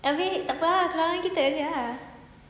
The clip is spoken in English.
abeh tak apa ah keluar dengan kita jer ah